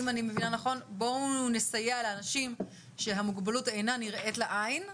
אם אני מבינה נכון בואו נסייע לאנשים שהמוגבלות אינה נראית לעין,